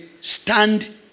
stand